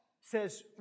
says